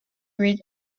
read